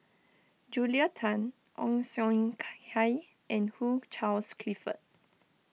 Julia Tan Ong Siong Kai and Hugh Charles Clifford